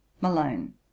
malone